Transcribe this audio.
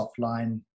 offline